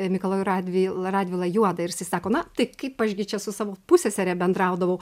mikalojų radvyl radvilą juodą ir jisai sako na tai kaip aš gi čia su savo pussesere bendraudavau